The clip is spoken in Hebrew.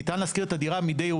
ניתן להשכיר את הדירה מהיום הראשון,